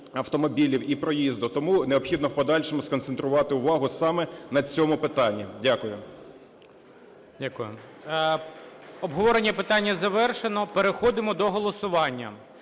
автомобілів і проїзду. Тому необхідно і в подальшому сконцентрувати увагу саме на цьому питанні. Дякую. ГОЛОВУЮЧИЙ. Дякую. Обговорення питання завершено. Переходимо до голосування.